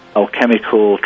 alchemical